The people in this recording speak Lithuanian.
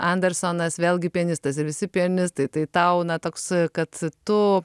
andersonas vėlgi pianistas ir visi pianistai tai tau na toks kad tu